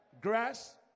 grass